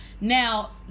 Now